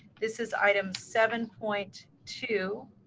this is item seven point two.